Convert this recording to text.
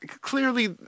Clearly